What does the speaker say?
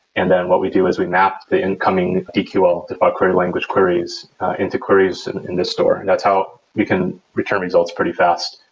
and then what we do is we mapped the incoming dql, debug query language queries into queries in the store. that's how we can return results pretty fast.